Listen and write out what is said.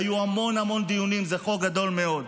היו המון המון דיונים, זה חוק גדול מאוד.